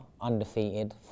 undefeated